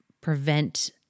prevent